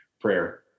prayer